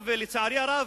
לצערי הרב,